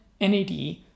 NAD+